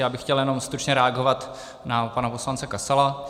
Já bych chtěl jenom stručně reagovat na pana poslance Kasala.